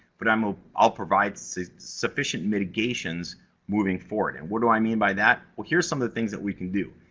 but um ah i'll provide so sufficient mitigations moving forward. and what do i mean by that? well, here are some of the things that we can do.